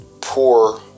poor